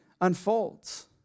unfolds